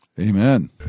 Amen